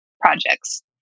projects